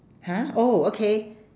!huh! oh okay